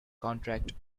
contract